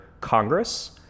Congress